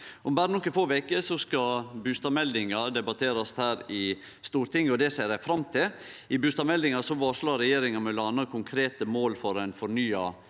Om berre nokre få veker skal bustadmeldinga debatterast her i Stortinget, og det ser eg fram til. I bustadmeldinga varslar regjeringa m.a. konkrete mål for ein fornya